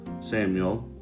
Samuel